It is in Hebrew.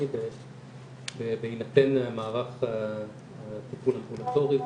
הקליניים בהינתן מערך טיפול אמבולטורי.